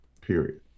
period